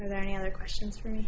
than any other questions for me